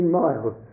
miles